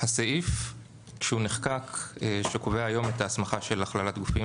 הסעיף שקובע היום את ההסמכה של הכללת גופים,